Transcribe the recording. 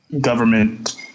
government